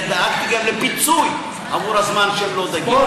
דאגתי גם לפיצוי עבור הזמן שהם לא דגים.